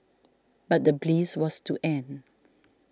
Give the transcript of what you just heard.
but the bliss was to end